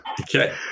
Okay